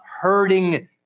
hurting